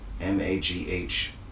M-A-G-H